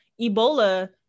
Ebola